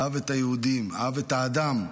אהב את היהודים ואהב את האדם,